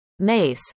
mace